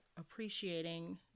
appreciating